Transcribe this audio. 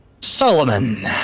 Solomon